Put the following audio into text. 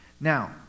Now